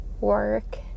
work